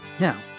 Now